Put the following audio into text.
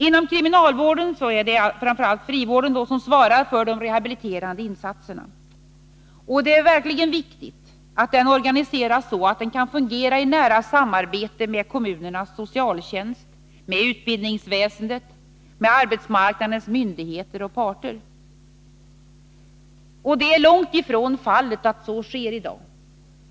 Inom kriminalvården är det framför allt frivården som svarar för de rehabiliterande insatserna. Det är verkligen viktigt att den organiseras så, att den kan fungera i nära samarbete med kommunernas socialtjänst, med utbildningsväsendet och med arbetsmarknadens myndigheter och parter. Det är långt ifrån fallet i dag.